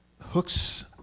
hooks